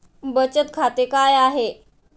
बचत खाते काय आहे?